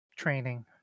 Training